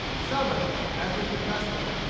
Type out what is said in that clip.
summoned, as was the custom,